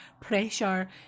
pressure